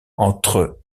entre